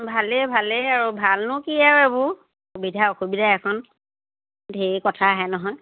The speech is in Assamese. ভালেই ভালেই আৰু ভালনো কি আৰু এইবোৰ সুবিধা অসুবিধা এখন ধেৰ কথা আহে নহয়